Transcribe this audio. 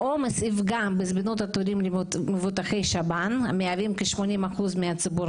העומס יפגע בזמינות התורים למבוטחי שב"ן המהווים כ-80% מהציבור